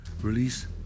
Release